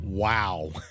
Wow